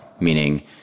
Meaning